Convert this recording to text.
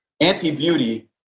anti-beauty